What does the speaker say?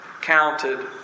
counted